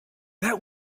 that